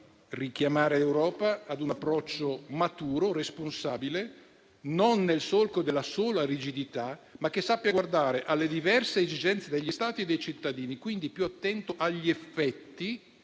richiamare l'Europa ad un approccio maturo e responsabile, non nel solco della sola rigidità, ma che sappia guardare alle diverse esigenze degli Stati e dei cittadini. Quindi, più attenta agli effetti,